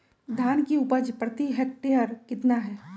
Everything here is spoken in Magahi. धान की उपज प्रति हेक्टेयर कितना है?